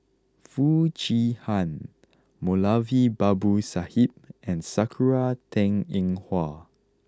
Foo Chee Han Moulavi Babu Sahib and Sakura Teng Ying Hua